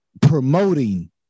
promoting